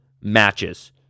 matches